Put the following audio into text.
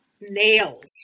nails